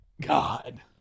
God